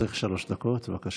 לרשותך שלוש דקות, בבקשה.